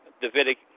Davidic